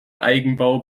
eigenbau